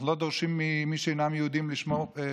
אנחנו לא דורשים ממי שאינם יהודים לשמור פסח.